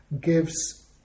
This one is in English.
gives